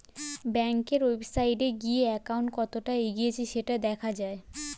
ব্যাংকের ওয়েবসাইটে গিয়ে অ্যাকাউন্ট কতটা এগিয়েছে সেটা দেখা যায়